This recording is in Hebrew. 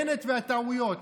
בנט והטעויות,